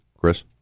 Chris